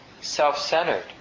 self-centered